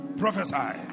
prophesy